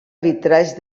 vitralls